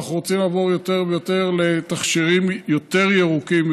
אנחנו רוצים לעבור לתכשירים יותר ירוקים,